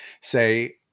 say